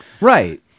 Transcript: Right